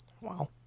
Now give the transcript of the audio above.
Wow